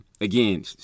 Again